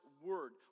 word